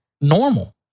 normal